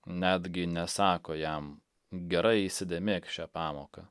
netgi nesako jam gerai įsidėmėk šią pamoką